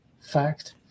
fact